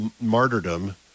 martyrdom